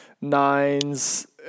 nines